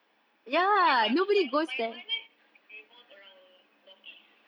my my my my my life revolves around north east